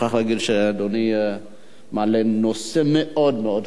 אני מוכרח להגיד שאדוני מעלה נושא מאוד מאוד חשוב.